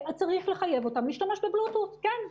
צריך לחייב אותם להשתמש בבלוטות', כן.